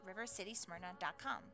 rivercitysmyrna.com